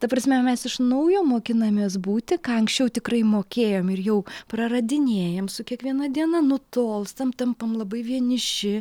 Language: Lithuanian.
ta prasme mes iš naujo mokinamės būti ką anksčiau tikrai mokėjom ir jau praradinėjam su kiekviena diena nutolstam tampam labai vieniši